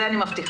זה אני מבטיחה.